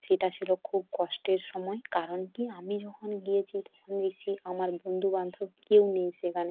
সেটা ছিলো খুব কষ্টের সময় কারণ কী আমি যখন গিয়েছি তখন দেখছি আমার বন্ধু বান্ধব কেউ নেই সেখানে